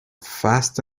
fast